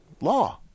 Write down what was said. Law